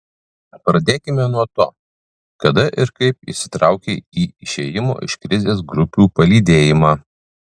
pradėkime nuo to kada ir kaip įsitraukei į išėjimo iš krizės grupių palydėjimą